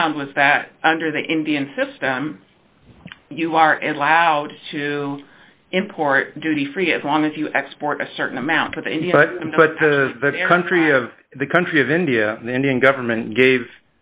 found was that under the indian system you are as loud to import duty free as long as you export a certain amount for the country of the country of india the indian government gave